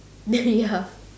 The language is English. ya